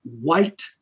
white